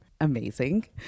Amazing